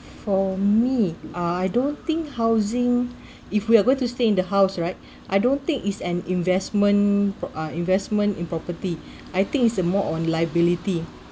for me uh I don't think housing if we are going to stay in the house right I don't think is an investment uh investments in property I think it's more on liability